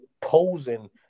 posing